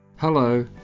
Hello